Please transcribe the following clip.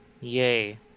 Yay